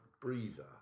breather